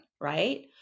right